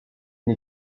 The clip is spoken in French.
une